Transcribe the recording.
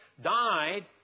died